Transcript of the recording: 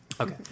Okay